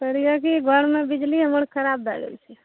कहै रहिए कि घरमे बिजली हमर खराब भए गेल छै